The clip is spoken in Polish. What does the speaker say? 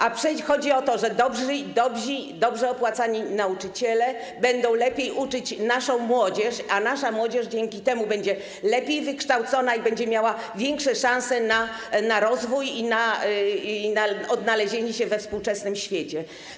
A przecież chodzi o to, że dobrze opłacani nauczyciele będą lepiej uczyć naszą młodzież, a nasza młodzież dzięki temu będzie lepiej wykształcona i będzie miała większe szanse na rozwój i na odnalezienie się we współczesnym świecie.